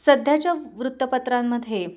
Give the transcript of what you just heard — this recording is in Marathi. सध्याच्या वृत्तपत्रांमध्ये